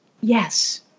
yes